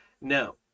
now